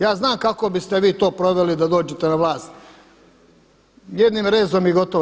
Ja znam kako biste vi to proveli da dođete na vlast, jednim rezom i gotovo.